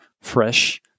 fresh